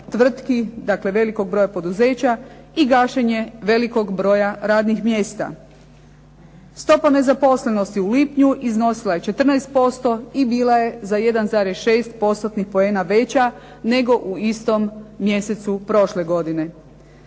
tvrtki, dakle velikog broja poduzeća i gašenje velikog broja radnih mjesta. Stopa nezaposlenosti u lipnju iznosila je 14% i bila je za 1,6 postotnih poena veća nego u istom mjesecu prošle godine.